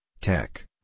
tech